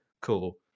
cool